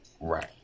Right